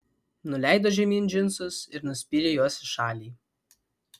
nuleido žemyn džinsus ir nuspyrė juos į šalį